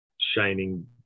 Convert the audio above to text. shining